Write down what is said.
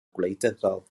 gwleidyddol